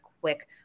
quick